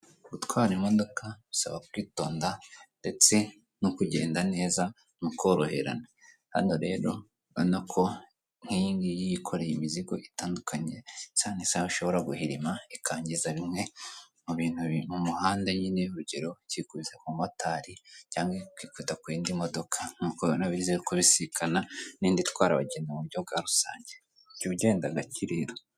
Gutwara imodoka bisaba kwitonda ndetse no kugenda neza mu koroherana, hano rero urabona ko nk'iyi ngiyi yikoreye imizigo itandukanye cyane isaha ishobora guhirima ikangiza bimwe mu bintu biri mu muhanda nyine urugero cyikubise umumotari cyangwa cyikikubita ku yindi modoka, nk'uko ubibona ziri kubisikana n'indi itwara abagenzii mu buryo bwa rusange jya ugenda gake rero.